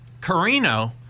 Carino